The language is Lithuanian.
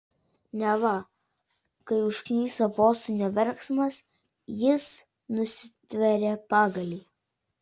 neva kai užkniso posūnio verksmas jis nusitvėrė pagalį